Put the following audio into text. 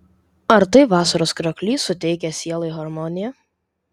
ar tai vasaros krioklys suteikia sielai harmoniją